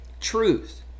truth